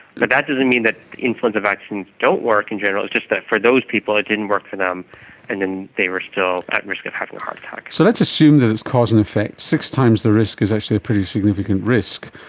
but that doesn't mean that influenza vaccines don't work in general, it's just that for those people it didn't work for them and then they were still at risk of having a heart attack. so let's assume that it's cause and effect, six times the risk is actually a pretty significant risk.